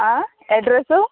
आ एड्रेसू